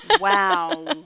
Wow